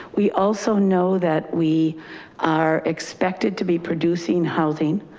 we also know that we are expected to be producing housing